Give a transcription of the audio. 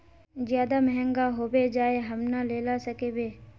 ज्यादा महंगा होबे जाए हम ना लेला सकेबे?